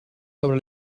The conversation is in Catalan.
sobre